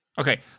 okay